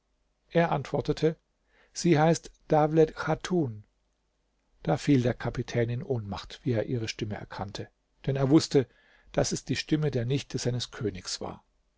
er antwortete sie heißt dawlet chatun da fiel der kapitän in ohnmacht wie er ihre stimme erkannte denn er wußte daß es die stimme der nichte seines königs war